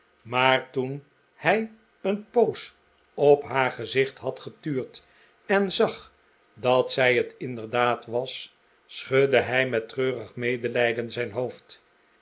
maar toen hij een poos op haar gezicht had getuurd en zag dat zij het inderdaad was schudde hij met treurig medelijden zijn hoofd